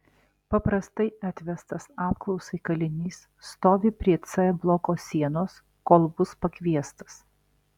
paprastai atvestas apklausai kalinys stovi prie c bloko sienos kol bus pakviestas